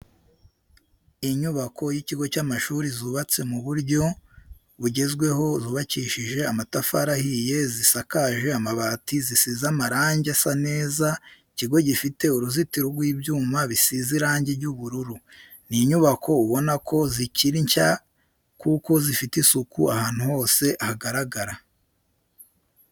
Inyubako y'ikigo cy'amashuri zubatse mu buryo bugezweho zubakishije amatafari ahiye zisakaje amabati zisize amarange asa neza, ikigo gifite uruzitiro rw'ibyuma bisize irangi ry'ubururu. ni inyubako ubona ko zikiri nshya kuko zifite isuku ahantu hose hagaragara.